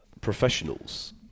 professionals